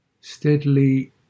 steadily